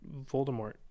voldemort